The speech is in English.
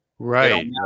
Right